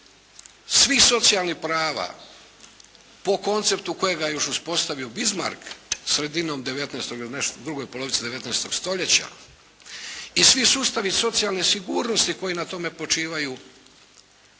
svih socijalnih prava po konceptu kojeg je još uspostavio Bismarck sredinom 19., ili nešto, u drugoj polovici 19. stoljeća i svi sustavi socijalne sigurnosti koji na tome počivaju,